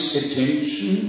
attention